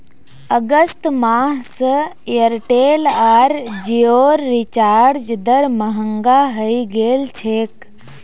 अगस्त माह स एयरटेल आर जिओर रिचार्ज दर महंगा हइ गेल छेक